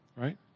Right